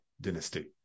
dynasty